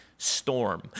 storm